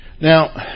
Now